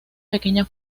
pequeña